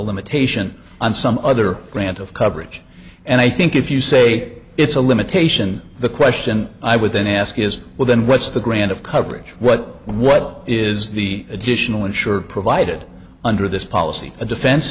limitation on some other grant of coverage and i think if you say it's a limitation the question i would then ask is well then what's the grant of coverage what what is the additional insurer provided under this policy a defen